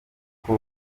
uko